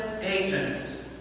agents